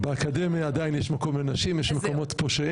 באקדמיה עדיין יש מקום לנשים, יש מקומות פה שאין.